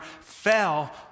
fell